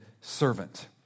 servant